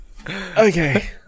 Okay